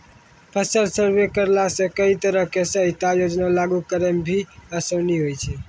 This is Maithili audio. फसल सर्वे करैला सॅ कई तरह के सहायता योजना लागू करै म भी आसानी होय छै